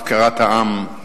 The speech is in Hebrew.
הפקרת העם.